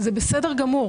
זה בסדר גמור.